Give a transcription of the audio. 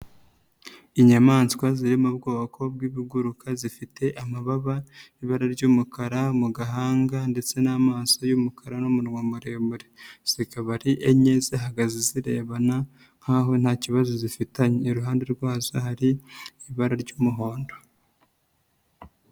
Inyamaswa ziri mu bwoko bw'ibiguruka, zifite amababa, ibara ry'umukara mu gahanga ndetse n'amaso y'umukara n'umunwa muremure, zikaba ari enye zihagaze zirebana nk'aho nta kibazo zifitanye, iruhande rwazo hari ibara ry'umuhondo.